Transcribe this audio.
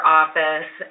office